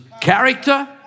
character